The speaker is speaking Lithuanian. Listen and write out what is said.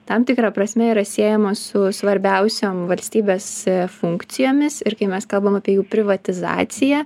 tam tikra prasme yra siejamos su svarbiausiom valstybės funkcijomis ir kai mes kalbam apie jų privatizaciją